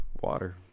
Water